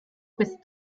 bist